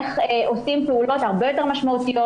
איך עושים פעולות הרבה יותר משמעותיות.